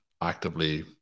actively